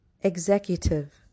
executive